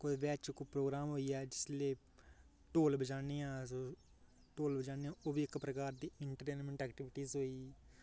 कोई ब्याह् च कोई प्रोग्रांम होई गेआ इसलेई ढोल बजान्नें आं अस ढोल बजान्नें आं ओह् बी प्रकार दी इंटरटेनमैंट ऐक्टीविटी होई